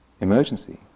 Emergency